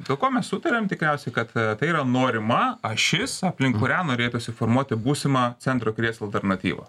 dėl ko mes sutariam tikriausiai kad tai yra norima ašis aplink kurią norėtųsi formuoti būsimą centro kairės alternatyvą